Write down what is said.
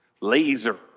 Laser